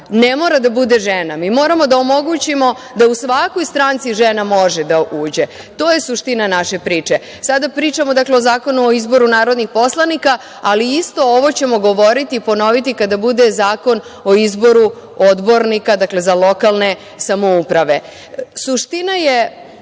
Ne mora da bude žena. Mi moramo da omogućimo da u svakoj stranci žena može da uđe. To je suština naše priče. Sada pričamo o Zakonu o izboru narodnih poslanika, ali isto ovo ćemo govoriti i ponoviti kada bude Zakon o izboru odbornika za lokalne samouprave. Iskoristiću